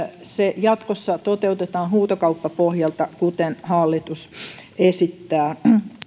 se jatkossa toteutetaan huutokauppapohjalta kuten hallitus esittää